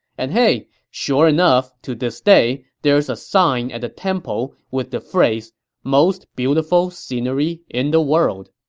and hey, sure enough, to this day, there's a sign at the temple with the phrase most beautiful scenery in the world.